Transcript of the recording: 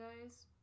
guys